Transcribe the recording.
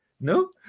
no